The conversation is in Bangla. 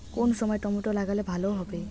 কোন সময় টমেটো লাগালে ভালো হবে?